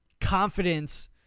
confidence